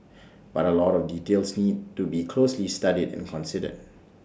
but A lot of details need to be closely studied and considered